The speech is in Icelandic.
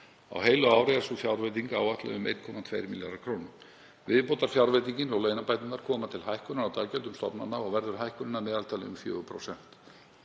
Á heilu ári er sú fjárveiting áætluð um 1,2 milljarðar kr. Viðbótarfjárveitingin og launabæturnar koma til hækkunar á daggjöldum stofnana og verður hækkunin að meðaltali um 4%.